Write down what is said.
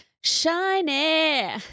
shiny